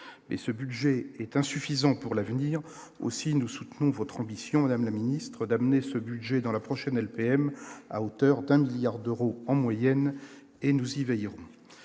mais ce budget est insuffisant pour l'avenir aussi nous soutenons votre ambition Madame la ministre, d'amener ce budget dans la prochaine LPM à hauteur d'un milliard d'euros en moyenne et nous y veillons,